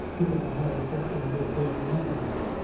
you don't know how refreshing it is to have the easy name.